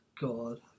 God